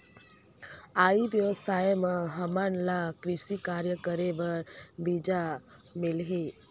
ई व्यवसाय म हामन ला कृषि कार्य करे बर बीजा मिलही?